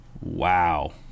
Wow